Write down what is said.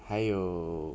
还有